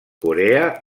corea